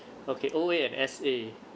okay O_A and S_A